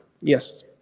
Yes